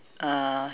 uh